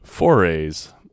Forays